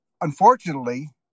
unfortunately